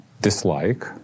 dislike